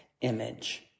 image